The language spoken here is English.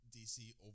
DC